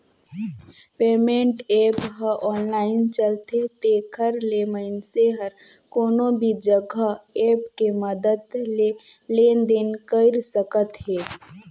payment app ह online चलथे तेखर ले मइनसे हर कोनो भी जघा ऐप के मदद ले लेन देन कइर सकत हे